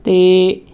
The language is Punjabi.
ਅਤੇ